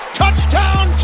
touchdown